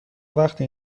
وقتی